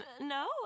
no